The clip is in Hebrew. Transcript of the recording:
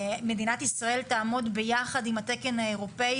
מדינת ישראל תעמוד ביחד עם התקן האירופאי